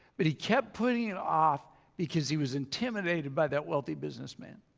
but he kept putting it off because he was intimidated by that wealthy businessman.